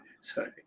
sorry